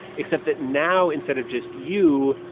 except that now instead of just you,